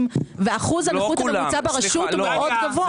ואחוז הנכות שנמצא ברשות הוא גבוה מאוד.